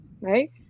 right